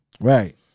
Right